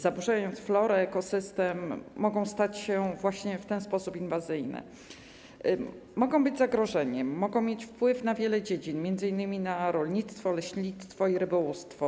Zaburzając florę, ekosystem, mogą stać się właśnie w ten sposób inwazyjne, mogą być zagrożeniem, mogą mieć wpływ na wiele dziedzin, m.in. na rolnictwo, leśnictwo i rybołówstwo.